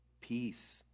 peace